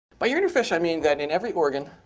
by your inner fish i mean that in every organ,